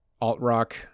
alt-rock